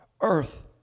earth